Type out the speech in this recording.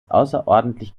außerordentlich